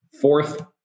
fourth